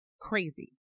crazy